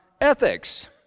ethics